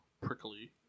prickly